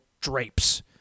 drapes